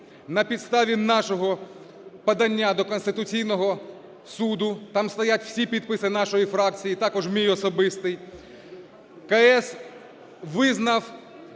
На підставі нашого подання до Конституційного Суду, там стоять всі підписи нашої фракції і також мій особистий, КС визнав